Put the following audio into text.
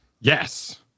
Yes